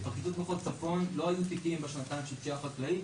בפרקליטות מחוז צפון לא היו תיקים בשנתיים האחרונות של פשיעה חקלאית.